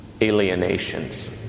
alienations